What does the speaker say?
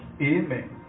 Amen